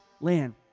land